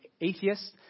atheists